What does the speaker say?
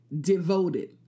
devoted